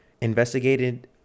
investigated